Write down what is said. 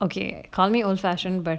okay call me old fashioned but